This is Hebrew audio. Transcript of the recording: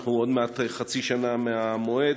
אנחנו עוד מעט חצי שנה מהמועד.